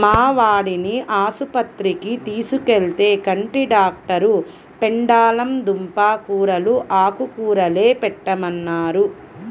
మా వాడిని ఆస్పత్రికి తీసుకెళ్తే, కంటి డాక్టరు పెండలం దుంప కూరలూ, ఆకుకూరలే పెట్టమన్నారు